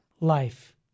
life